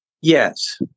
Yes